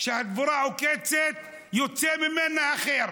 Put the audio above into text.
כשהדבורה עוקצת, יוצא ממנה הח'יר,